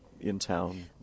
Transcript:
in-town